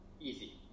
easy